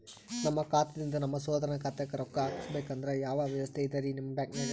ನಮ್ಮ ಖಾತಾದಿಂದ ನಮ್ಮ ಸಹೋದರನ ಖಾತಾಕ್ಕಾ ರೊಕ್ಕಾ ಹಾಕ್ಬೇಕಂದ್ರ ಯಾವ ವ್ಯವಸ್ಥೆ ಇದರೀ ನಿಮ್ಮ ಬ್ಯಾಂಕ್ನಾಗ?